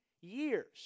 years